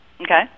Okay